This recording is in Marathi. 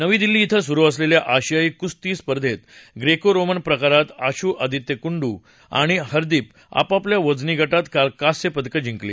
नवी दिल्ली इथं सुरु असलेल्या आशियायी कुस्ती स्पर्धेत ग्रेको रोमन प्रकारात आशु आदित्य कुंडू आणि हरदीपनं आपापल्या वजनी गटात काल कांस्य पदकं जिंकली